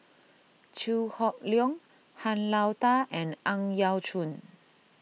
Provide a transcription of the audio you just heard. Chew Hock Leong Han Lao Da and Ang Yau Choon